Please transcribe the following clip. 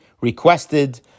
requested